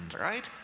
right